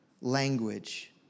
language